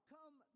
Come